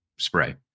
Spray